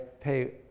pay